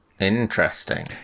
Interesting